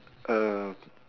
uh